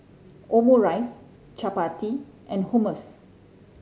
Omurice Chapati and Hummus